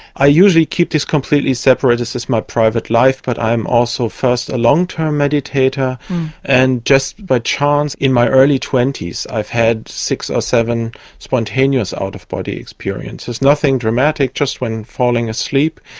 i usually keep this completely separate, this is my private life, but i am also first a long-term meditator and just by chance in my early twenty s i've had six or seven spontaneous out-of-body experiences. nothing dramatic, just when falling asleep.